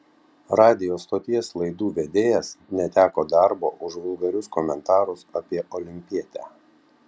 radijo stoties laidų vedėjas neteko darbo už vulgarius komentarus apie olimpietę